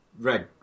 Red